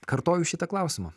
kartoju šitą klausimą